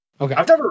Okay